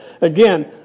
again